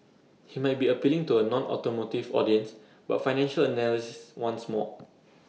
he might be appealing to A nonautomotive audience but financial analysts want more